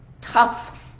tough